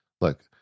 look